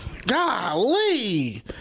Golly